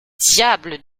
diable